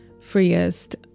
freest